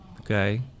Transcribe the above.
okay